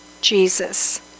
Jesus